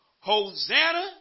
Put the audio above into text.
Hosanna